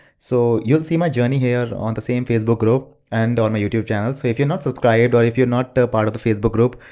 so you'll see my journey here on the same facebook group and on my youtube channel. so if you're not subscribed or if you're not part of the facebook group,